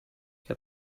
get